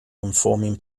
informing